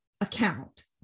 account